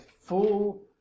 full